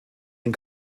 and